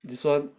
this [one]